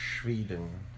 Sweden